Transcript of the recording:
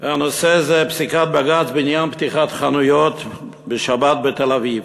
הנושא זה פסיקת בג"ץ בעניין פתיחת חנויות בשבת בתל-אביב.